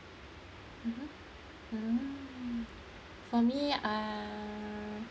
mmhmm mm for me uh